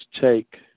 take –